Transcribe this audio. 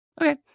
okay